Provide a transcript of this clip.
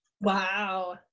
Wow